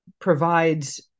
provides